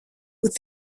with